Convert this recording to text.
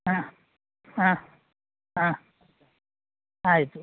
ಹಾಂ ಹಾಂ ಹಾಂ ಆಯ್ತು